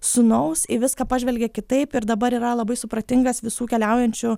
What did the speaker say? sūnaus į viską pažvelgė kitaip ir dabar yra labai supratingas visų keliaujančių